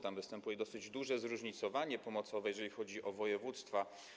Tam występuje dosyć duże zróżnicowanie pomocowe, jeżeli chodzi o województwa.